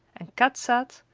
and kat said,